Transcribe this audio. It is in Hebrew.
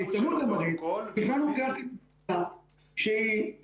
צמוד למרעית תכננו קרקע מדינה שהיא,